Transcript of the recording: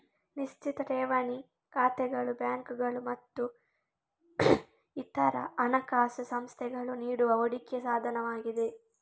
ನಿಶ್ಚಿತ ಠೇವಣಿ ಖಾತೆಗಳು ಬ್ಯಾಂಕುಗಳು ಮತ್ತು ಇತರ ಹಣಕಾಸು ಸಂಸ್ಥೆಗಳು ನೀಡುವ ಹೂಡಿಕೆ ಸಾಧನವಾಗಿದೆ